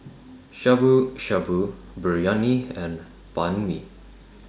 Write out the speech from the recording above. Shabu Shabu Biryani and Banh MI